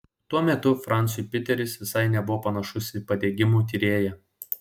tuo metu franciui piteris visai nebuvo panašus į padegimų tyrėją